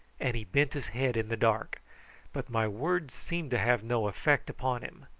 and he bent his head in the dark but my words seemed to have no effect upon him,